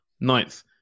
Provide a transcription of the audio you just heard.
Ninth